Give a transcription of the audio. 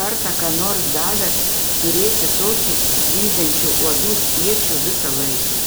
kartą ką nors davęs turėsi tokį zyziančių uodų spiečių visą laiką